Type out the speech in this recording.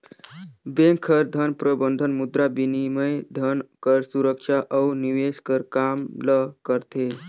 bank हर धन प्रबंधन, मुद्राबिनिमय, धन कर सुरक्छा अउ निवेस कर काम ल करथे